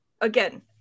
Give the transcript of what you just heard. again